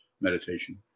meditation